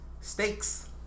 steaks